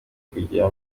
gukira